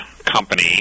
company